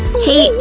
hey,